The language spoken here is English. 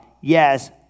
Yes